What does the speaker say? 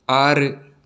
ஆறு